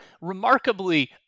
remarkably